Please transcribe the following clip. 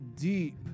deep